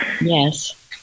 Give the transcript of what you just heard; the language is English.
Yes